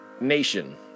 nation